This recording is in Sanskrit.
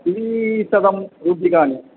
त्रिशतं रूप्यकाणि